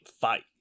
fight